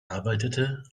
arbeitete